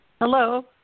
Hello